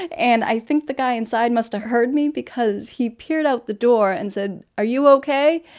and and i think the guy inside must've heard me because he peered out the door and said, are you ok?